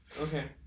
Okay